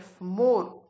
more